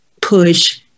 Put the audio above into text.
push